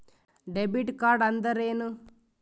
Debit ಕಾರ್ಡ್ಅಂದರೇನು?